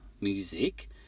music